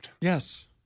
Yes